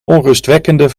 onrustwekkende